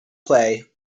play